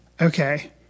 Okay